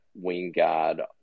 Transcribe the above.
Wingard